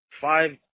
five